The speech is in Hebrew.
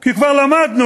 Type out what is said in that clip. כי כבר למדנו,